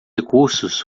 recursos